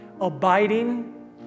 Abiding